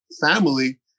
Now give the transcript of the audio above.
family